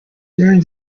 during